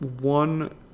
One